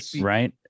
Right